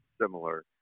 similar